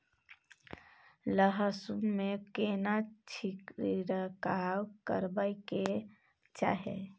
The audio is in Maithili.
लहसुन में केना छिरकाव करबा के चाही?